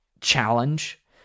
challenge